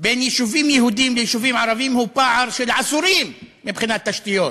בין יישובים יהודיים ליישובים ערביים הוא פער עשורים מבחינת תשתיות,